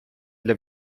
для